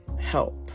Help